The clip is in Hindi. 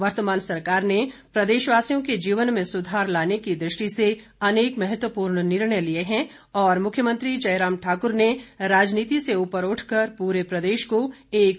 वर्तमान सरकार ने प्रदेशवासियों के जीवन में सुधार लाने की दृष्टि से अनेक महत्वपूर्ण निर्णय लिए हैं और मुख्यमंत्री जयराम ठाकुर ने राजनीति से ऊपर उठकर पूरे प्रदेश को एक सूत्र में पिरोने का प्रयास किया है